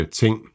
ting